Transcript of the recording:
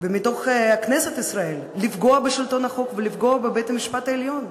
ומתוך כנסת ישראל לפגוע בשלטון החוק ולפגוע בבית-המשפט העליון.